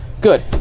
Good